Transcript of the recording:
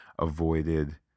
avoided